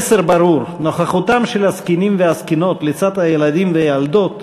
המסר ברור: נוכחותם של הזקנים והזקנות לצד הילדים והילדות